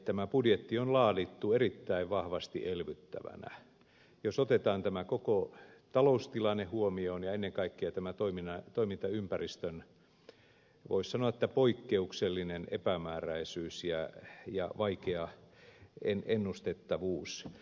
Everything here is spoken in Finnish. tämä budjetti on laadittu erittäin vahvasti elvyttävänä jos otetaan tämä koko taloustilanne huomioon ja ennen kaikkea tämän toimintaympäristön voisi sanoa poikkeuksellinen epämääräisyys ja vaikea ennustettavuus